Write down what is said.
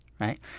right